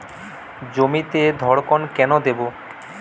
জমিতে ধড়কন কেন দেবো?